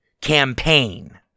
campaign